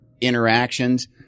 interactions